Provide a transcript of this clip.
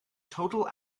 total